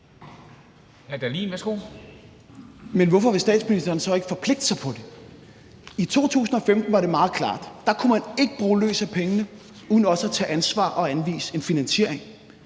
Men hvorfor vil statsministeren så ikke forpligte sig på det? I 2015 var det meget klart – da kunne man ikke bruge løs af pengene uden også at tage ansvar og anvise en finansiering.